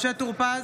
משה טור פז,